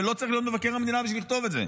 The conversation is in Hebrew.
ולא צריך להיות מבקר המדינה בשביל לכתוב את זה,